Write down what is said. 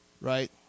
Right